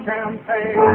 Campaign